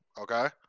Okay